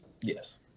Yes